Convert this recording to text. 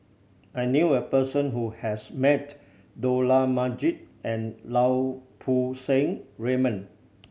I knew a person who has met Dollah Majid and Lau Poo Seng Raymond